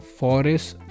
forests